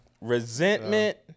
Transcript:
resentment